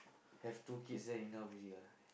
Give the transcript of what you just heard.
have two kids then enough already ah